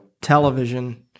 television